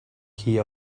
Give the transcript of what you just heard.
key